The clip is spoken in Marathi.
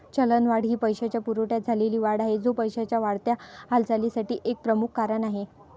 चलनवाढ ही पैशाच्या पुरवठ्यात झालेली वाढ आहे, जो पैशाच्या वाढत्या हालचालीसाठी एक प्रमुख कारण आहे